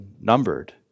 numbered